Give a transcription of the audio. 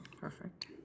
Perfect